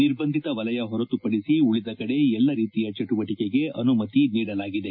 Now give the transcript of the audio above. ನಿರ್ಬಂಧಿತ ವಲಯ ಹೊರತುಪಡಿಸಿ ಉಳಿದ ಕಡೆ ಎಲ್ಲಾ ರೀತಿಯ ಚಟುವಟಿಕೆಗೆ ಅನುಮತಿ ನೀಡಲಾಗಿದೆ